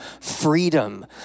freedom